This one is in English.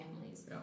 families